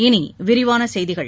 இனி விரிவான செய்திகள்